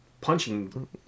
punching